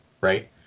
Right